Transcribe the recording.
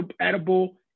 edible